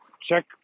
check